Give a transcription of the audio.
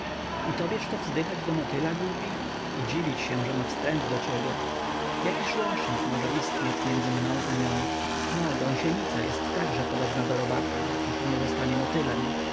i tobieżto wzdychać do motyla głupi i dziwić się że ma wstręt do ciebie jakiż łącznik może istnieć między mną i nią no gąsienica jest także podobna do robaka póki nie zostanie motylem